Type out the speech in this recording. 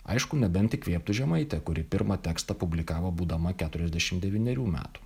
aišku nebent įkvėptų žemaitė kuri pirmą tekstą publikavo būdama keturiasdešimt devynerių metų